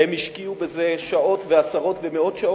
הם השקיעו בזה שעות, עשרות ומאות שעות.